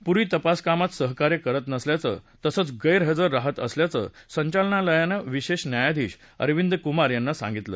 पुरी तपास कामात सहकार्य करत नसल्याचं तसंच गैरहजर रहात असल्याचं संचालनालयानं विशेष न्यायाधीश अरविंद कुमार यांना सांगितलं